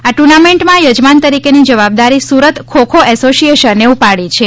આ ટુર્નામેન્ટમાં યજમાન તરીકેની જવાબદારી સુરત ખો ખો એસોસિયેશને ઉપાડી છે